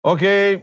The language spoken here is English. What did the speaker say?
Okay